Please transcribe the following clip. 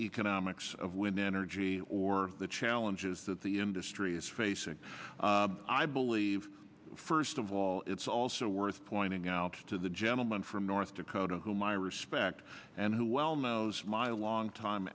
economics of wind energy or the challenges that the industry is facing i believe first of all it's also worth pointing out to the gentleman from north dakota whom i respect and who well knows my longtime